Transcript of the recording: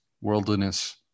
worldliness